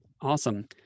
Awesome